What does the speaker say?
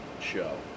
show